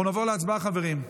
אנחנו נעבור להצבעה, חברים.